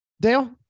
dale